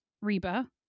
Reba